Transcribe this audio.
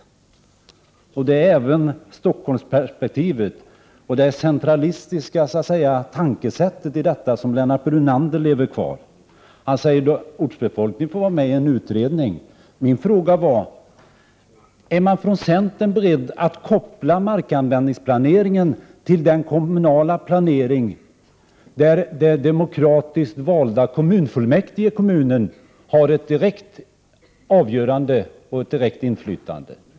Även Lennart Brunander lever kvar i Stockholmsperspektivet och det centralistiska tänkesättet. Han säger att ortsbefolkningen får vara med i en utredning. Min fråga var: Är ni från centerns sida beredda att koppla markanvändningsplaneringen till den kommunala planeringen, där de demokratiskt valda kommunfullmäktige i kommunen har ett direkt och avgörande inflytande?